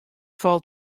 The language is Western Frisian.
falt